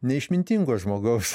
neišmintingo žmogaus